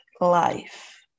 life